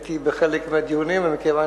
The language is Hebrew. שהייתי בחלק מהדיונים, ומכיוון